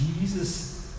Jesus